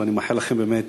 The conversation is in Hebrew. ואני מאחל לכם באמת